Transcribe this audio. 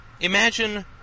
Imagine